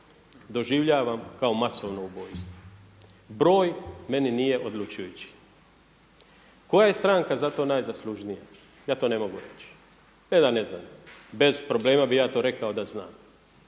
doživljavam kao masovno ubojstvo. Broj meni nije odlučujući. Koja je stranka za to najzaslužnija, ja to ne mogu reći, ne da ne znam bez problema bi ja to rekao da znam.